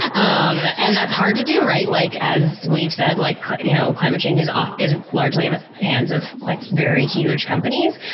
um and that's hard to do, right? like as we've said, like you know, climate change is um is largely in the hands of like very huge companies.